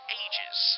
ages